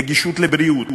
נגישות לבריאות,